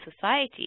society